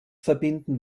verbinden